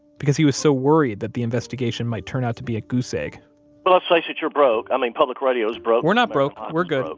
because he was so worried that the investigation might turn out to be a goose egg well, let's face it, you're broke. i mean public radio's broke we're not broke. we're good.